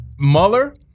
Mueller